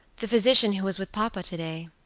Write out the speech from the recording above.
the physician who was with papa today.